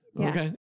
Okay